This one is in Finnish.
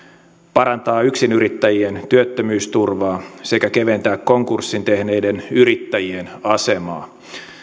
parantaa yksinyrittäjien työttömyysturvaa sekä keventää konkurssin tehneiden yrittäjien asemaa